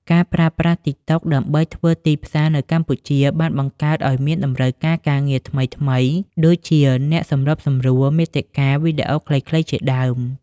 ការប្រើប្រាស់ TikTok ដើម្បីធ្វើទីផ្សារនៅកម្ពុជាបានបង្កើតឱ្យមានតម្រូវការការងារថ្មីៗ ដូចជាអ្នកសម្របសម្រួលមាតិកាវីដេអូខ្លីៗជាដើម។